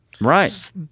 right